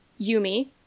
Yumi